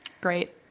great